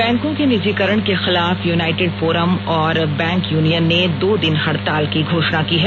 बैंकों के निजीकरण के खिलाफ युनाइटेड फॉरम और बैंक यूनियन ने दो दिन हड़ताल की घोषणा की है